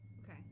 Okay